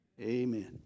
Amen